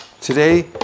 Today